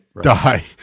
die